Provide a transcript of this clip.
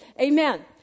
Amen